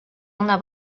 una